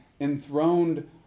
enthroned